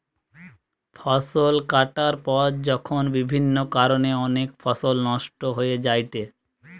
ফসল কাটার পর যখন বিভিন্ন কারণে অনেক ফসল নষ্ট হয়ে যায়েটে